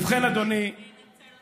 אני אנצל אותן.